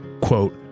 quote